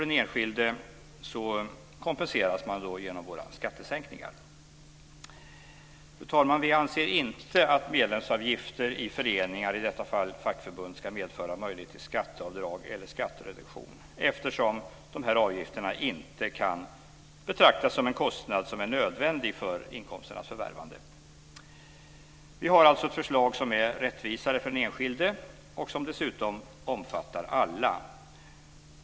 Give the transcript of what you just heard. Den enskilde kompenseras genom våra skattesänkningar. Fru talman! Vi anser inte att medlemsavgifter i föreningar, i detta fall fackförbund, ska medföra möjlighet till skatteavdrag eller skattereduktion eftersom de här avgifterna inte kan betraktas som en kostnad som är nödvändig för inkomsternas förvärvande. Vi har alltså ett förslag som är rättvisare för den enskilde och som dessutom omfattar alla.